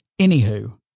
Anywho